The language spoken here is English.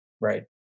Right